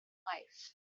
life